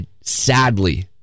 sadly